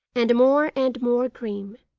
and more and more grim,